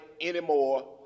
anymore